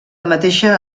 mateixa